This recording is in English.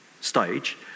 stage